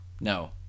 No